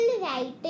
writing